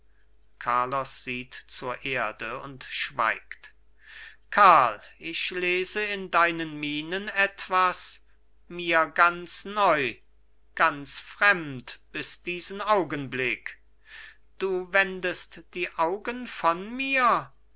carlos sieht zur erde und schweigt karl ich lese in deinen mienen etwas mir ganz neu ganz fremd bis diesen augenblick du wendest die augen von mir